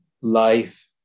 life